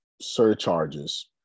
surcharges